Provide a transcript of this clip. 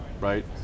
right